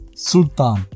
Sultan